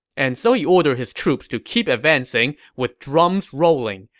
and so he ordered his troops to keep advancing with drums rolling.